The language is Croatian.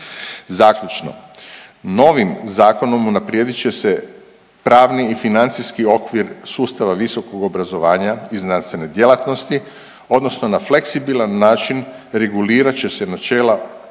Zaključno. Novim zakonom unaprijedit će se pravni i financijski okvir sustava visokog obrazovanja i znanstvene djelatnosti, odnosno na fleksibilan način regulirat će se načela